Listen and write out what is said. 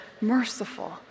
merciful